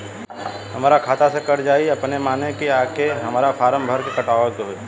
हमरा खाता से कट जायी अपने माने की आके हमरा फारम भर के कटवाए के होई?